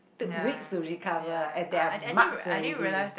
took weeks to recover and there are marks already